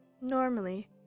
Normally